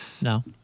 No